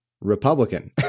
Republican